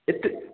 କେତେ